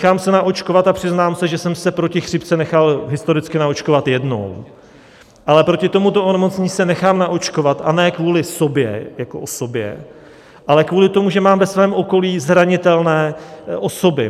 nechám se naočkovat a přiznám se, že jsem se proti chřipce nechal historicky naočkovat jednou, ale proti tomuto onemocnění se nechám naočkovat, a ne kvůli sobě jako osobě, ale kvůli tomu, že mám ve svém okolí zranitelné osoby.